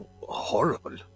horrible